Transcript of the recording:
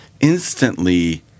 instantly